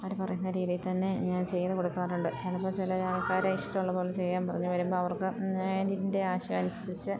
അവർ പറയുന്ന രീതി തന്നെ ഞാൻ ചെയ്ത് കൊടുക്കാറുണ്ട് ചിലപ്പോൾ ചില ആൾക്കാരെ ഇഷ്ടമുള്ള പോലെ ചെയ്യാൻ പറഞ്ഞ് വരുമ്പം അവർക്ക് ഞാൻ എൻ്റെ ആശയം അനുസരിച്ച്